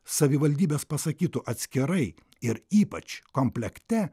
savivaldybės pasakytų atskirai ir ypač komplekte